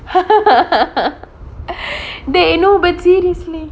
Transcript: they know but seriously